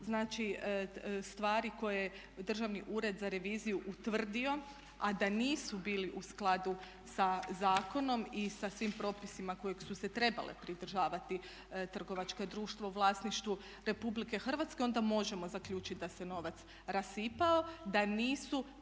znači stvari koje je Državni ured za reviziju utvrdio a da nisu bili u skladu sa zakonom i sa svim propisima kojeg su se trebale pridržavati trgovačka društva u vlasništvu Republike Hrvatske onda možemo zaključiti da se novac rasipao, da nisu